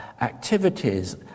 activities